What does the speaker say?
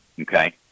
okay